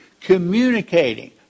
communicating